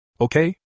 Okay